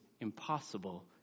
impossible